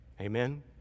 Amen